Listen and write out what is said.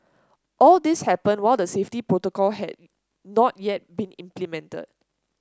all this happened while the safety protocol had not yet been implemented